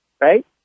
right